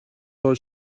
oes